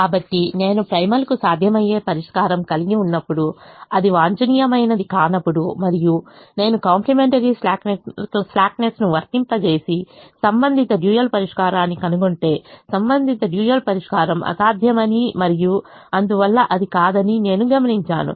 కాబట్టి నేను ప్రైమల్కు సాధ్యమయ్యే పరిష్కారం కలిగి ఉన్నప్పుడు అది వాంఛనీయమైనది కానప్పుడు మరియు నేను కాంప్లిమెంటరీ స్లాక్నెస్ ను వర్తింపజేసి సంబంధిత డ్యూయల్ పరిష్కారాన్ని కనుగొంటే సంబంధిత డ్యూయల్ పరిష్కారం అసాధ్యమని మరియు అందువల్ల అది కాదని నేను గమనించాను